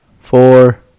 Four